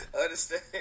understand